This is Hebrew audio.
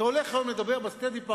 אתה הולך היום לדבר ב-State Department